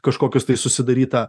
kažkokius tai susidarytą